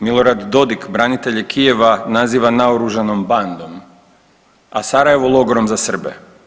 Milorad Dodik branitelje Kijeva naziva naoružanom bandom, a Sarajevo logorom za Srbe.